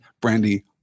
Brandy